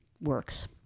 works